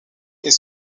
est